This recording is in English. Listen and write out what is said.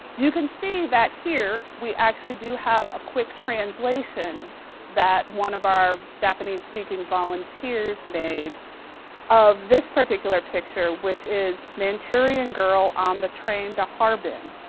you can see that here, we actually do have a quick translation that one of our japanese speaking volunteers made of this particular picture, which is manchurian girl on the train to harbin.